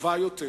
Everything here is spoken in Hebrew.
טובה יותר,